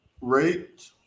rate